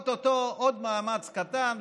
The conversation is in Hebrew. או-טו-טו, עוד מאמץ קטן.